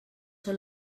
són